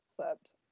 concept